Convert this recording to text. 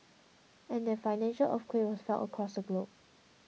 and that financial earthquake was felt across the globe